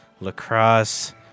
lacrosse